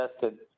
tested